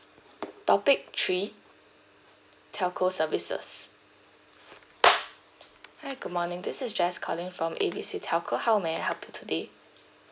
topic three telco services hi good morning this is jess calling from A B C telco how may I help you today